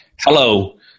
Hello